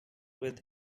with